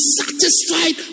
satisfied